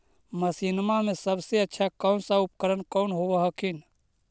मसिनमा मे सबसे अच्छा कौन सा उपकरण कौन होब हखिन?